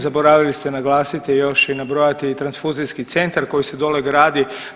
Zaboravili ste naglasiti još i nabrojati transfuzijski centar koji se dole gradi.